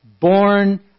born